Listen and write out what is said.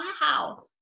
Wow